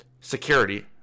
security